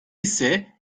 ise